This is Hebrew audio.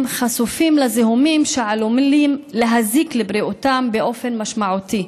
הם חשופים לזיהומים שעלולים להזיק לבריאותם באופן משמעותי.